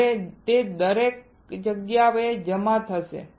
હવે તે દરેક જગ્યાએ જમા થશે